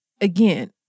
Again